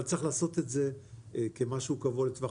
אבל צריך לעשות את זה כמשהו קבוע לטווח